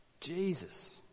Jesus